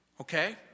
Okay